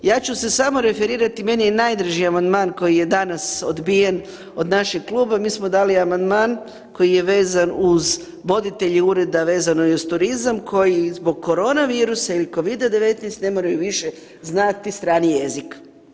Ja ću se samo referirati meni je najdraži amandman koji je danas odbijen od našeg kluba, mi smo dali amandman koji je vezan uz voditelje ureda vezano i uz turizam koji zbog korona virusa ili Covida-19 ne moraju više znati strani jezik.